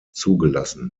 zugelassen